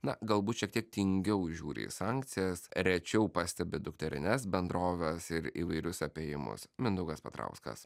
na galbūt šiek tiek tingiau žiūri į sankcijas rečiau pastebi dukterines bendroves ir įvairius apėjimus mindaugas petrauskas